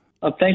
Thank